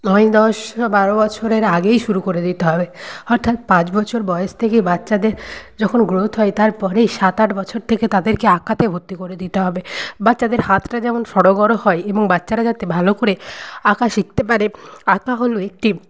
নয় দশ বা বারো বছরের আগেই শুরু করে দিতে হবে অর্থাৎ পাঁচ বছর বয়েস থেকে বাচ্চাদের যখন গ্রোথ হয় তার পরেই সাত আট বছর থেকে তাদেরকে আঁকাতে ভর্তি করতে দিতে হবে বাচ্চাদের হাতটা যেমন সড়গড় হয় এবং বাচ্চারা যাতে ভালো করে আঁকা শিখতে পারে আঁকা হলো একটি